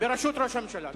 בראשות ראש הממשלה.